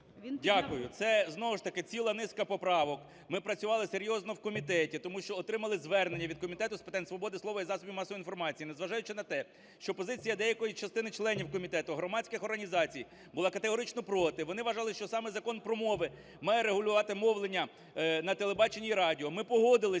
Дякую. Це знову ж таки ціла низка поправок. Ми працювали серйозно в комітеті, тому що отримали звернення від Комітету з питань свободи слова і засобів масової інформації. Незважаючи на те, що позиція деякої частини членів комітету, громадських організацій була категорично проти, вони вважали, що саме Закон про мови має регулювати мовлення на телебаченні і радіо. Ми погодилися